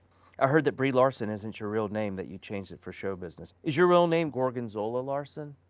i heard that brie larson isn't your real name that you change it for show business. is your real name gorgonzola lars'son?